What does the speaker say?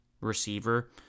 receiver